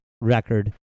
record